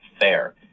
fair